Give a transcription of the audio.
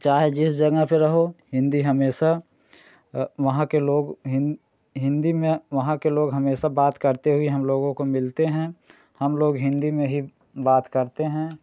चाहे जिस जगह पर रहो हिन्दी हमेशा वहाँ के लोग हिन हिन्दी में वहाँ लोग हमेशा बात करते हुए हम लोगों को मिलते हैं हम लोग हिन्दी में ही बात करते हैं